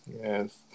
Yes